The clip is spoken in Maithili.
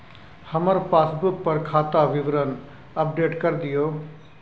हमर पासबुक पर खाता विवरण अपडेट कर दियो